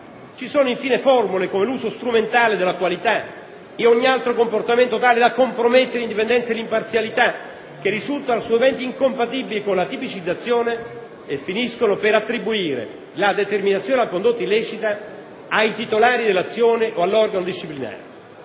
Ci sono infine formule come «l'uso strumentale della qualità» e «ogni altro comportamento tale da compromettere l'indipendenza e l'imparzialità», che risultano assolutamente incompatibili con la tipicizzazione e finiscono per attribuire la determinazione della condotta illecita ai titolari dell'azione o all'organo disciplinare.